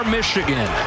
Michigan